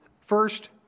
first